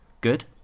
good